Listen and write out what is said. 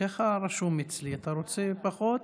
ככה רשום אצלי, אתה רוצה פחות?